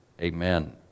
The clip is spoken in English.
amen